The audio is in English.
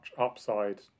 upside